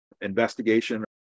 investigation